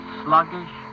sluggish